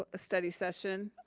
ah study session.